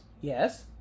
Yes